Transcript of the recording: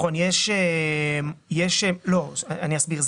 אני אסביר.